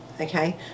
okay